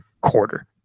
quarter